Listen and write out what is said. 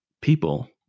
people